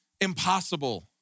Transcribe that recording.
impossible